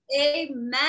Amen